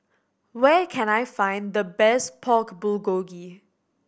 where can I find the best Pork Bulgogi